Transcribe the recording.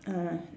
ah